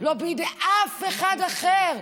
לא בידי אף אחד אחר.